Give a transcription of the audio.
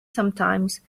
sometimes